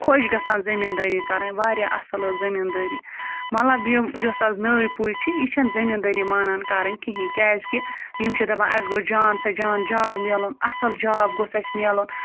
خۄش گژھان زٔمیٖندٲری کَرٕنۍ واریاہ اَصٕل حظ زٔمیٖندٲری مطلب یِم یۄس آز نٔو پُے چھِ یہِ چھَنہٕ زٔمیٖندٲری مانان کَرٕنۍ کِہیٖنۍ کیٛازِکہِ یِم چھِ دَپان اَسہِ گوٚژھ جان سے جان جاب میلُن اَصٕل جاب گوٚژھ اَسہِ میلُن